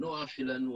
הנוער שלנו,